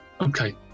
Okay